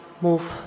move